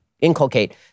inculcate